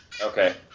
Okay